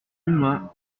humain